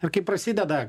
ir kai prasideda